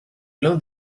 l’un